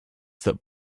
that